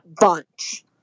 bunch